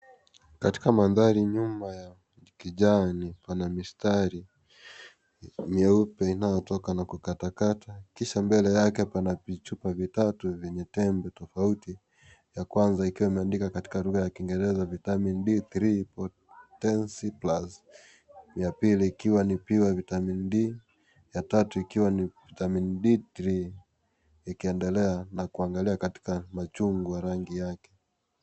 Katika manthari nyuma ya kijani pana misitari mweupe inayotoka na kukatakata kisha mbele yake pana vichupa vitatu vyenye tembe tofauti ya kwanza ikiwa imeandikwa katika lugha ya kingereza vitamin d3 potency+ ya pili ikiwa ni pure vitamin d na ya tatu ikiwa ni vitamin d3 ikiendelea na kuangalia katika machungwa rangi yake.